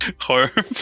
Horrible